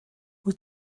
wyt